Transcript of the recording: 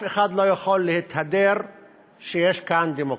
אף אחד לא יכול להתהדר שיש כאן דמוקרטיה.